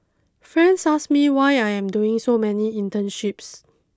friends ask me why I am doing so many internships